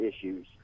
issues